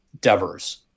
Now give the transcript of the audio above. Devers